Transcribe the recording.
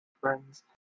friends